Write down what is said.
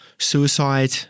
suicide